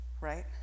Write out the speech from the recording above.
right